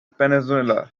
peninsula